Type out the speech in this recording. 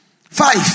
Five